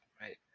Right